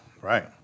right